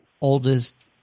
Oldest